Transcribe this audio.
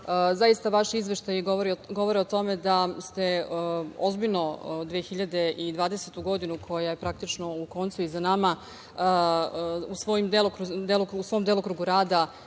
zaista vaši izveštaji govore o tome da ste ozbiljno 2020. godinu, koja je praktično na koncu i za nama, u svom delokrugu rada